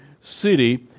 city